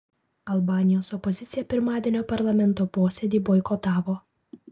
albanijos opozicija pirmadienio parlamento posėdį boikotavo